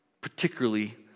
particularly